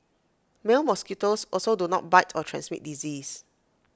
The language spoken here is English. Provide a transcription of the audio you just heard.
male mosquitoes also do not bite or transmit disease